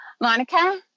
Monica